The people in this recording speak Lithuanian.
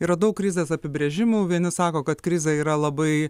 yra daug krizės apibrėžimų vieni sako kad krizė yra labai